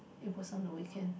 it was on the weekend